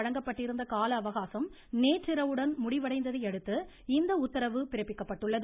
வழங்கப்பட்டிருந்த ஏற்கனவே காலஅவகாசம் நேற்றிரவுடன் முடிவடைந்ததையடுத்து இந்த உத்தரவு பிறப்பிக்கப்பட்டுள்ளது